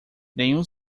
nenhum